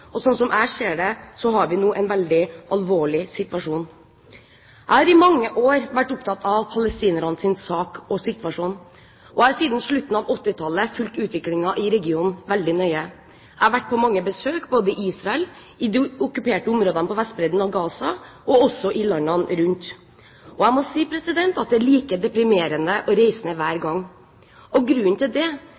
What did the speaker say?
og slik jeg ser det, har vi nå en veldig alvorlig situasjon. Jeg har i mange år vært opptatt av palestinernes sak og situasjon, og jeg har siden slutten av 1980-tallet fulgt utviklingen i regionen veldig nøye. Jeg har vært på mange besøk, både i Israel og i de okkuperte områdene i Gaza og på Vestbredden samt i landene rundt. Og jeg må si at det er like deprimerende å reise ned hver gang. Grunnen til det